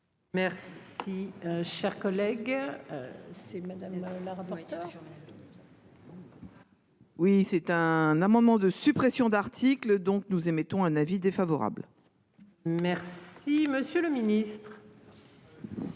Reportage. Oui c'est un amendement de suppression d'articles, donc nous émettons un avis défavorable. Merci, monsieur le Ministre.